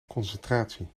concentratie